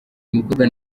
mukobwa